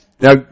Now